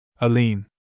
Aline